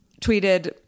tweeted